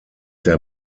der